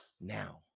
now